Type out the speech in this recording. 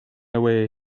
away